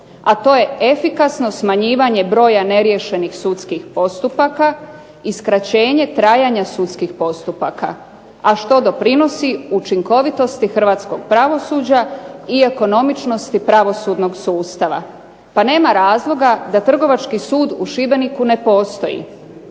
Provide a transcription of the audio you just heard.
a to je efikasno smanjivanje broja neriješenih sudskih postupaka i skraćenje trajanja sudskih postupaka, a što doprinosi učinkovitosti hrvatskog pravosuđa i ekonomičnosti pravosudnog sustava, pa nema razloga da Trgovački sud u Šibeniku ne postoji,